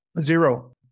Zero